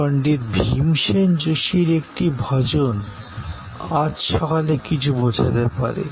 পণ্ডিত ভীমসেন যোশীর একটি ভজন আজ সকালে কিছু বোঝাতে পারে